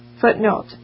footnote